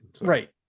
Right